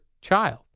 child